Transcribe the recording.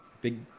big